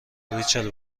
ریچل